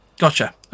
Gotcha